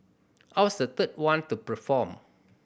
I was the third one to perform